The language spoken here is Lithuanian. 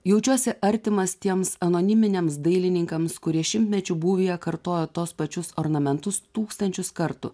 jaučiuosi artimas tiems anoniminiams dailininkams kurie šimtmečių būvyje kartojo tuos pačius ornamentus tūkstančius kartų